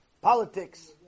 Politics